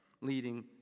leading